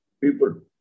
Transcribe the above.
people